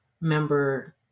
member